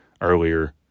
earlier